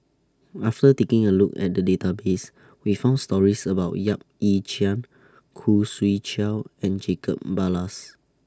after taking A Look At The Database We found stories about Yap Ee Chian Khoo Swee Chiow and Jacob Ballas